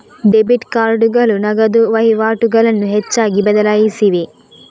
debit ಕಾರ್ಡುಗಳು ನಗದು ವಹಿವಾಟುಗಳನ್ನು ಹೆಚ್ಚಾಗಿ ಬದಲಾಯಿಸಿವೆ